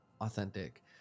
authentic